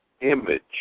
image